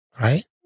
right